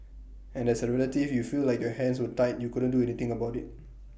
and as A relative you feel like your hands were tied you couldn't do anything about IT